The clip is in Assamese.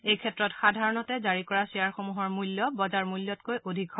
এইক্ষেত্ৰত সাধাৰণতে জাৰি কৰা শ্বেয়াৰসমূহৰ মূল্য বজাৰমূল্যতকৈ অধিক হয়